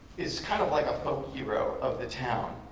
is kind of like a folk hero of the town.